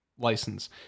license